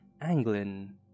Anglin